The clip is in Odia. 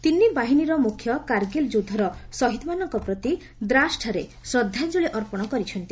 ତିନି ବାହିନୀର ମୁଖ୍ୟ କାର୍ଗିଲ ଯୁଦ୍ଧର ସହିଦମାନଙ୍କ ପ୍ରତି ଦ୍ରାସ୍ଠାରେ ଶ୍ରଦ୍ଧାଞ୍ଚଳି ଅପ୍ପଣ କରିଛନ୍ତି